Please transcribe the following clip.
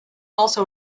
also